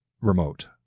remote